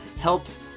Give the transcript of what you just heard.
helps